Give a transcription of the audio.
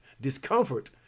discomfort